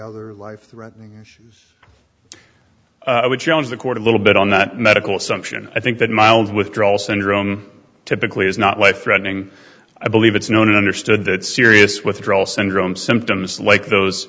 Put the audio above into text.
other life threatening issues i would challenge the court a little bit on that medical assumption i think that mild withdrawal syndrome typically is not life threatening i believe it's known understood that serious withdrawal syndrome symptoms like those